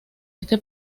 este